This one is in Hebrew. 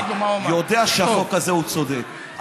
יודע שהחוק הזה צודק.